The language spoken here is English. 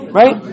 right